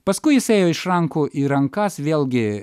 paskui jis ėjo iš rankų į rankas vėlgi